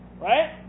Right